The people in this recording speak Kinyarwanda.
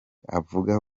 avuga